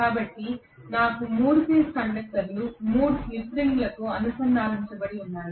కాబట్టి నాకు 3 ఫేజ్ కండక్టర్లు 3 స్లిప్ రింగులకు అనుసంధానించబడి ఉన్నాయి